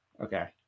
Okay